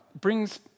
brings